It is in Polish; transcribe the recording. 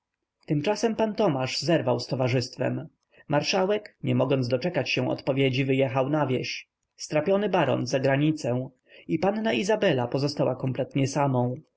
tymczasem pan tomasz zerwał z towarzystwem marszałek nie mogąc doczekać się odpowiedzi wyjechał na wieś strapiony baron za granicę i panna izabela pozostała kompletnie samą